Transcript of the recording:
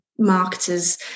Marketers